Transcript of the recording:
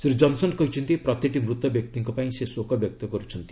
Shri Johnson କହିଛନ୍ତି ପ୍ରତିଟି ମୂତ ବ୍ୟକ୍ତିଙ୍କ ପାଇଁ ସେ ଶୋକ ବ୍ୟକ୍ତ କରୁଛନ୍ତି